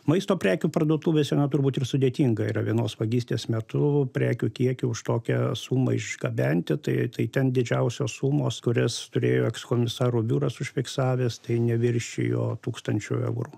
maisto prekių parduotuvėse turbūt ir sudėtinga yra vienos vagystės metu prekių kiekį už tokią sumą išgabenti tai tai ten didžiausios sumos kurias turėjo ekskomisarų biuras užfiksavęs tai neviršijo tūkstančio eurų